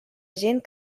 gent